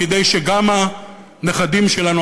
כדי שגם הנכדים שלנו,